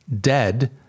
dead